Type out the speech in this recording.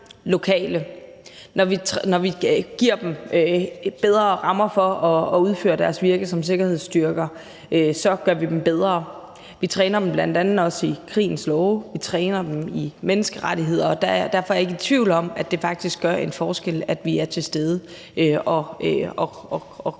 lokale, når giver dem bedre rammer for at udføre deres virke som sikkerhedsstyrker, så gør dem bedre. Vi træner dem bl.a. også i krigens love, vi træner dem i menneskerettigheder, og derfor er jeg ikke i tvivl om, at det faktisk gør en forskel, at vi er til stede og